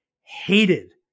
hated